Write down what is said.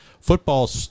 football